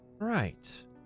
Right